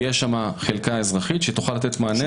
תהיה שם חלקה אזרחית שתוכל לתת מענה.